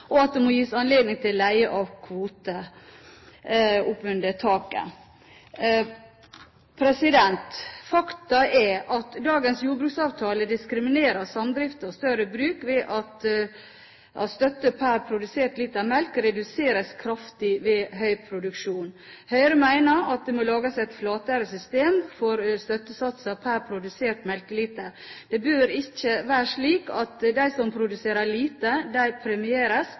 og at det må gis anledning til å leie kvoter opp til kvotetaket. Faktum er at dagens jordbruksavtale diskriminerer samdrift av større bruk ved at støtte per produsert liter melk reduseres kraftig ved høy produksjon. Høyre mener at det må lages et flatere system for støttesatser per produsert melkeliter. Det bør ikke være slik at de som produserer lite, premieres,